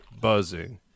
buzzing